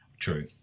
True